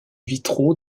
vitraux